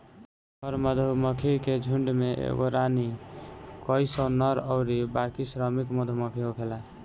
हर मधुमक्खी के झुण्ड में एगो रानी, कई सौ नर अउरी बाकी श्रमिक मधुमक्खी होखेले